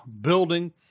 building